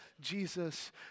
Jesus